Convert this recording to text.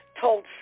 told